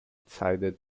decided